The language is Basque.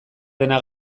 dena